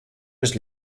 was